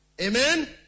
Amen